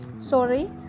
sorry